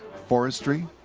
forestry,